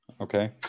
okay